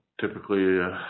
typically